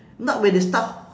not when they start